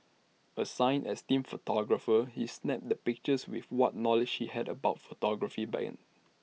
assigned as team photographer he snapped the pictures with what knowledge he had about photography then